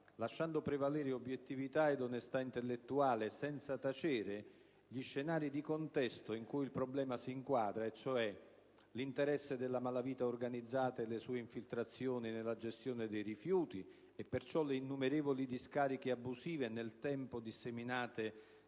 lasciando prevalere obiettività ed onestà intellettuale. Non bisogna però tacere gli scenari di contesto in cui il problema si inquadra, e cioè l'interesse della malavita organizzata e le sue infiltrazioni nella gestione dei rifiuti, e perciò le innumerevoli discariche abusive, nel tempo disseminate